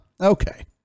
Okay